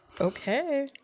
Okay